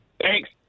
Thanks